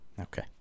Okay